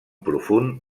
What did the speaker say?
profund